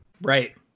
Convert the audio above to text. Right